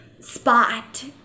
spot